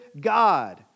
God